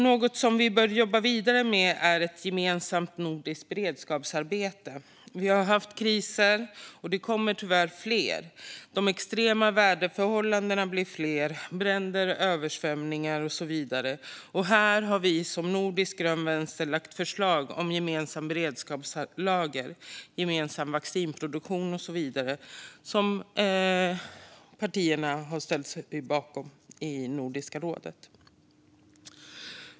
Något vi bör jobba vidare med är ett gemensamt nordiskt beredskapsarbete. Vi har haft kriser, och det kommer tyvärr fler. De extrema väderförhållandena blir fler, liksom bränder, översvämningar och så vidare. Här har vi som Nordisk grön vänster lagt fram förslag om gemensamma beredskapslager, gemensam vaccinproduktion och så vidare, vilket partierna har ställt sig bakom i Nordiska rådet.